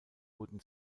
wurden